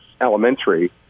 elementary